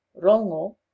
Rongo